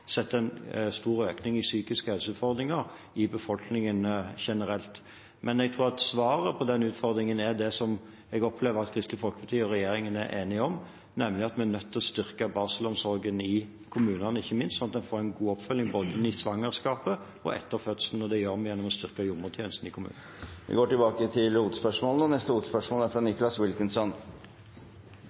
en stor økning i psykiske helseutfordringer i befolkningen generelt. Men jeg tror svaret på den utfordringen er det jeg opplever at Kristelig Folkeparti og regjeringen er enige om, nemlig at vi er nødt til å styrke barselomsorgen, ikke minst i kommunene, slik at en får en god oppfølging i svangerskapet og etter fødselen, og det gjør vi gjennom å styrke jordmortjenesten i kommunene. Vi går til neste hovedspørsmål. Jeg har nylig blitt onkel til lille Erik, og